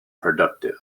productive